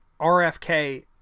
RFK